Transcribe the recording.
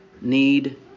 need